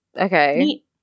okay